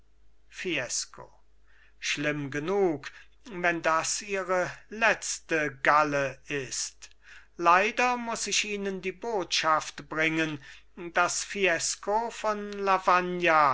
fiesco schlimm genug wenn das ihre letzte galle ist leider muß ich ihnen die botschaft bringen daß fiesco von lavagna